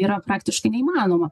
yra praktiškai neįmanoma